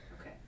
Okay